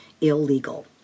illegal